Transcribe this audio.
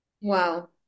wow